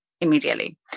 immediately